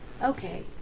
Okay